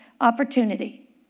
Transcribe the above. opportunity